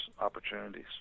opportunities